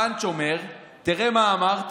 הפאנץ' אומר, תראה מה אמרתם,